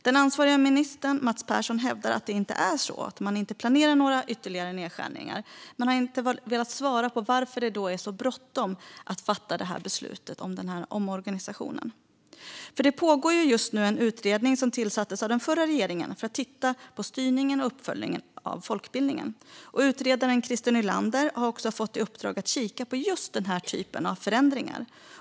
Den ansvariga ministern Mats Persson hävdar att det inte är så och att man inte planerar några ytterligare nedskärningar men har inte velat svara på varför det då är så bråttom att fatta beslutet om den här omorganisationen. Det pågår just nu en utredning som tillsattes av den förra regeringen och som ska titta på styrningen och uppföljningen av folkbildningen. Utredaren Christer Nylander har också fått i uppdrag att kika på just den här typen av förändringar.